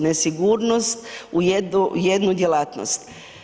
Nesigurnost u jednu djelatnost.